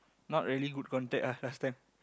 not really good contact ah last time